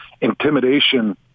intimidation